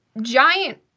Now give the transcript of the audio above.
giant